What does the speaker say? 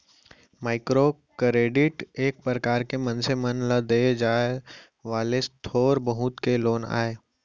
micro credit एक परकार के मनसे मन ल देय जाय वाले थोर बहुत के लोन आय